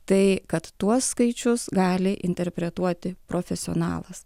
tai kad tuos skaičius gali interpretuoti profesionalas